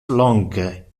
longe